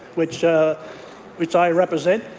which ah which i represent.